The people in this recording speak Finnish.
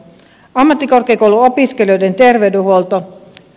ammattikorkeakouluopiskelijoiden terveydenhuolto